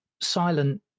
silent